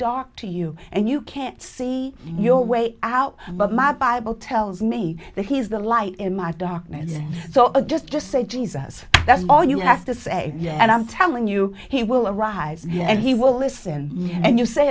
dark to you and you can't see your way out but my bible tells me that he is the light in my darkness so i just just say jesus that's all you have to say yes and i'm telling you he will arise and he will listen and you say